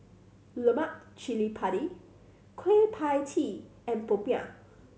lemak cili padi Kueh Pie Tee and popiah